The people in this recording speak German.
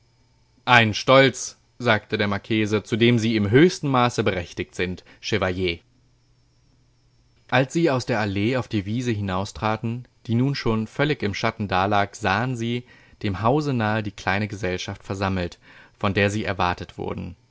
ein stolz sagte der marchese zu dem sie im höchsten maße berechtigt sind chevalier als sie aus der allee auf die wiese hinaustreten die nun schon völlig im schatten dalag sahen sie dem hause nahe die kleine gesellschaft versammelt von der sie erwartet wurden